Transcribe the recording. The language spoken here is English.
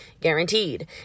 guaranteed